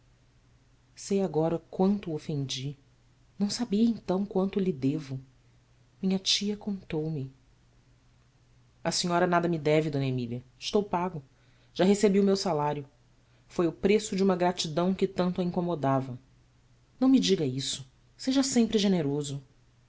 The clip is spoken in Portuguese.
sei agora quanto o ofendi não sabia então quanto lhe devo minha tia contou-me senhora nada me deve d emília estou pago já recebi o meu salário foi o preço de uma gratidão que tanto a incomodava ão me diga isso seja sempre generoso